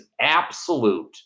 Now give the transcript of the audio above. absolute